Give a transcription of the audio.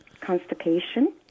constipation